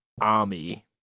army